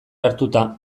hartuta